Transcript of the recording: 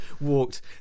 walked